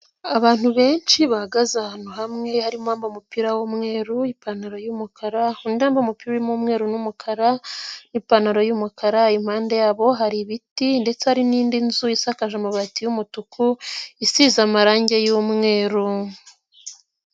Abantu benshi bahagaze ahantu hamwe harimo uwambaye umupira w'umweru, ipantaro y'umukarandamo, undi wambaye umupira w'mweru n'umukara, ni'pantaro y'umukara . Impande yabo hari ibiti ndetse hari n'indi nzu isakaje amabati y'umutuku isize amarangi y'umweru.